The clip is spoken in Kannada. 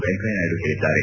ವೆಂಕಯ್ಲನಾಯ್ಡು ಹೇಳಿದ್ದಾರೆ